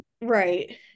right